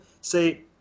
Say